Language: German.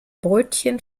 brötchen